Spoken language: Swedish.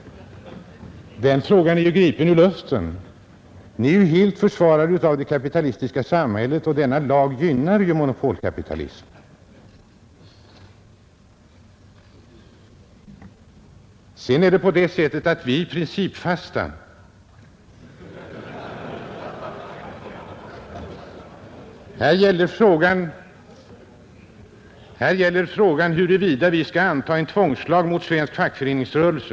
De borgerliga är helt och hållet försvarare av det kapitalistiska samhället, och denna lag gynnar monopolkapitalism. Sedan är det på det sättet att vi kommunister är principfasta. Här gäller frågan huruvida vi skall anta en tvångslag mot svensk fackföreningsrörelse.